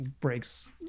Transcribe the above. breaks